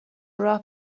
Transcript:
راه